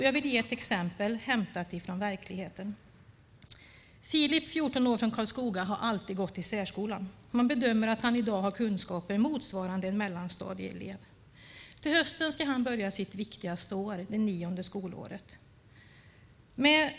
Jag vill ge ett exempel hämtat från verkligheten. Filip, 14 år, från Karlskoga har alltid gått i särskolan. Man bedömer att han i dag har kunskaper motsvarande en mellanstadieelev. Till hösten ska han börja sitt viktigaste år, det nionde skolåret.